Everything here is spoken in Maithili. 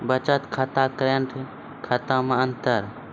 बचत खाता करेंट खाता मे अंतर?